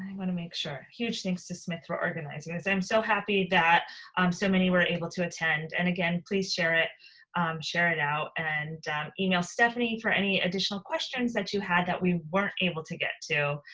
wanna make sure. huge thanks to smith for organizing this. i'm so happy that um so many were able to attend. and again, please share it share it out and email stephanie for any additional questions that you had that we weren't able to get to.